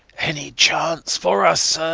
any chance for us,